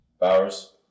Bowers